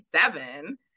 seven